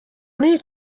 nüüd